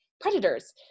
predators